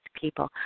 people